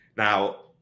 Now